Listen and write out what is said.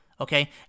okay